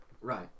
Right